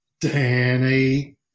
Danny